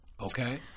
Okay